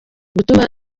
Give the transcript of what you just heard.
gutuma